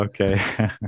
Okay